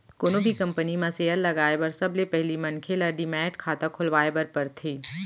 कोनो भी कंपनी म सेयर लगाए बर सबले पहिली मनखे ल डीमैट खाता खोलवाए बर परथे